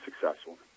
successful